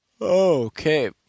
Okay